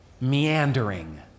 Meandering